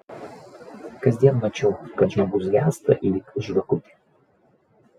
kasdien mačiau kad žmogus gęsta lyg žvakutė